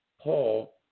Paul